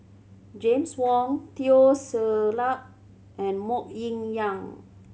James Wong Teo Ser Luck and Mok Ying Jang